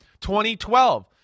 2012